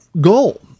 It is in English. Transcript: goal